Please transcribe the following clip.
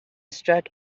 struck